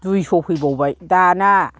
दुयश' फैबावबाय दाना